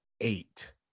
eight